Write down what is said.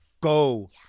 Go